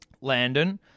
Landon